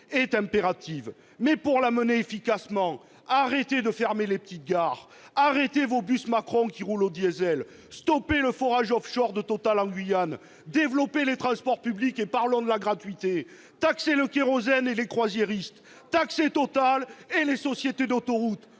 est impérative ! Mais, pour la mener efficacement, arrêtez de fermer les petites gares ! Arrêtez vos bus « Macron », qui roulent au diesel ! Stoppez les activités de forage offshore de Total en Guyane ! Développez les transports publics, et parlons de la gratuité ! Taxez le kérosène et les croisiéristes ! Taxez Total et les sociétés d'autoroutes